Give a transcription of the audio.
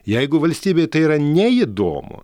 jeigu valstybei tai yra neįdomu